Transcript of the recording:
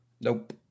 Nope